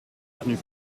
avenue